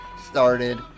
started